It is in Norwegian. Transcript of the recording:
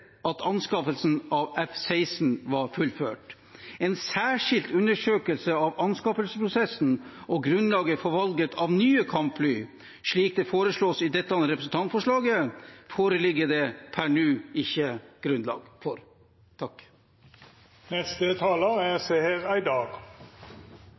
at anskaffelsen av F-16 var fullført. En særskilt undersøkelse av anskaffelsesprosessen og grunnlaget for valget av nye kampfly, slik det foreslås i dette representantforslaget, foreligger det per nå ikke grunnlag for. Det amerikanske kampflyet F-35 er